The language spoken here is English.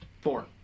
Four